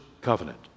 covenant